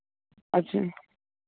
ਅੱਛਾ